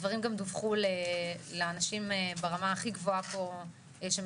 הדברים גם דווחו לאנשים ברמה הכי גבוה פה שמשמשים